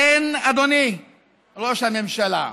כן, אדוני ראש הממשלה,